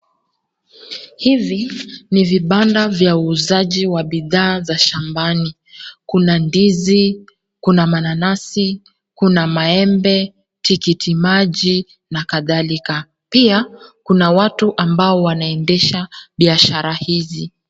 Hivi ni vibanda vya uuzaji wa bidhaa za shambani. Kuna ndizi, mananasi, maembe, tikitimaji na kadhalika. Pia, kuna watu ambao wanaendesha biashara hizi.